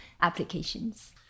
applications